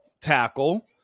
tackle